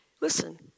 Listen